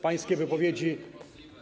Pańskie wypowiedzi.